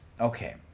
Okay